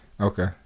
Okay